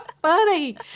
funny